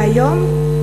והיום?